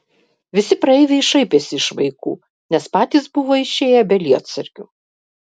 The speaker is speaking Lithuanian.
visi praeiviai šaipėsi iš vaikų nes patys buvo išėję be lietsargių